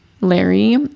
Larry